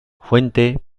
fuente